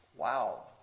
wow